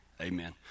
Amen